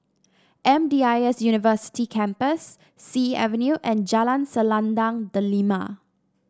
M D I S University Campus Sea Avenue and Jalan Selendang Delima